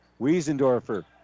Wiesendorfer